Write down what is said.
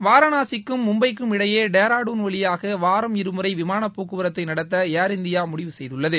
வாரணாசிக்கும் மும்பைக்கும் இடையே டேராடுன் வழியாக வாரம் இரு முறை விமானப் போக்குவரத்தை நடத்த ஏர் இண்டியா முடிவு செய்துள்ளது